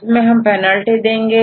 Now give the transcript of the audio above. इसमें हम पेनाल्टी देंगे